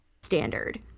standard